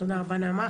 תודה רבה, נעמה.